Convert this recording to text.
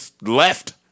left